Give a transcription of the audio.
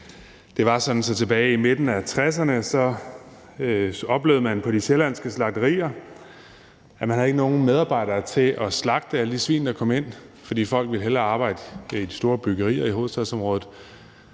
i midten af 1960'erne oplevede man på de sjællandske slagterier, at man ikke havde nogen medarbejdere til at slagte alle de svin, der kom ind, for folk ville hellere arbejde i de store byggerier i hovedstadsområdet,